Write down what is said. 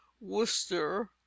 worcester